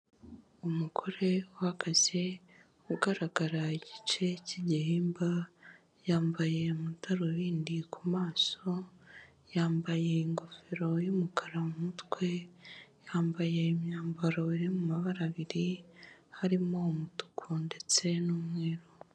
Umugore uhagaze ugaragara igice cy'igihimba yambaye amadarubindi ku maso, yambaye ingofero y'umukara mu mutwe, yambaye imyambaro iri mu mabara abiri harimo umutuku ndetse n'umweru.